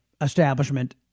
establishment